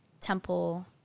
temple